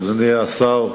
אדוני השר,